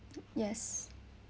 yes